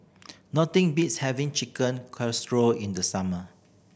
nothing beats having Chicken Casserole in the summer